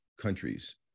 countries